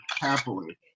happily